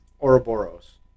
Ouroboros